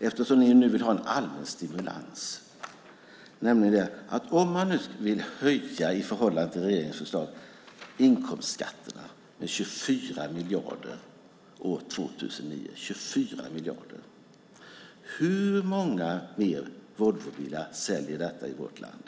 eftersom ni nu vill ha en allmän stimulans: Om man nu i förhållande till regeringens förslag vill höja inkomstskatterna med 24 miljarder år 2009, hur många fler Volvobilar säljer detta i vårt land?